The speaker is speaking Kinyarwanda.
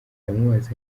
ndamubaza